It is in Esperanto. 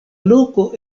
loko